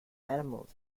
animals